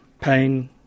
pain